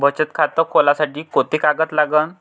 बचत खात खोलासाठी कोंते कागद लागन?